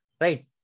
right